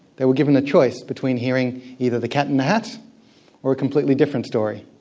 they were given a choice between hearing either the cat in the hat or a completely different story.